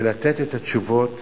ולתת את התשובות